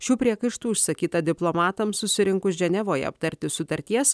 šių priekaištų išsakyta diplomatams susirinkus ženevoje aptarti sutarties